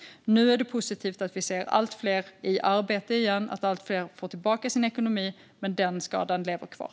Nu är det positivt att vi ser allt fler i arbete igen och att allt fler får tillbaka sin ekonomi. Men skadan lever kvar.